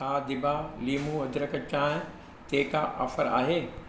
छा दिबा लीमू अदरक चांहि ते का ऑफर आहे